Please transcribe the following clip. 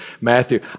Matthew